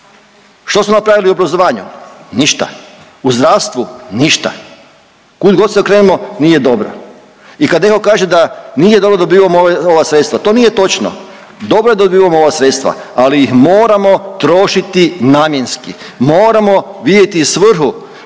Što smo napravili u obrazovanju? Ništa. U zdravstvu? Ništa. Kudgod se okrenemo nije dobro. I kad neko kaže da nije dobro dobivamo ova sredstva, to nije točno. Dobro je da dobivamo ova sredstva, ali ih moramo trošiti namjenski, moramo vidjeti svrhu